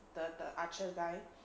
the the archer guy